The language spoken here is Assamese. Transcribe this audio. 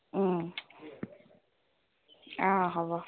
অঁ হ'ব